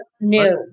news